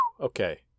Okay